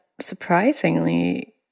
surprisingly